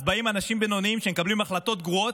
אז באים אנשים בינוניים שמקבלים החלטות גרועות,